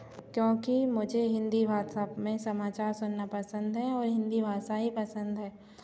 क्योंकि मुझे हिंदी भाषा में समाचार सुनना पसंद है और हिंदी भाषा ही पसंद है